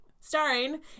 Starring